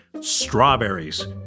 strawberries